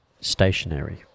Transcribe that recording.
stationary